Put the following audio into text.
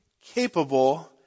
capable